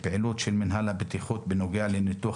הפעילות של מינהל הבטיחות בנוגע לניתוח